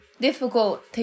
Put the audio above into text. Difficult